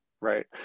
Right